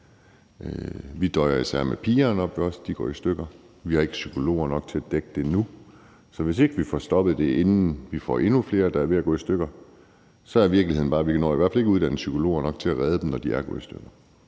Vi døjer især med pigerne oppe ved os. De går i stykker. Vi har ikke psykologer nok til at dække det nu. Så hvis ikke vi får stoppet det, inden vi får endnu flere, der er ved at gå i stykker, så er virkeligheden bare, at vi i hvert fald ikke når at uddanne psykologer nok til at redde dem, når de er gået i stykker.